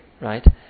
right